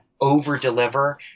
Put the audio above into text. over-deliver